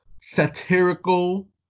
satirical